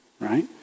right